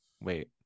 Wait